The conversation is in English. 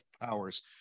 powers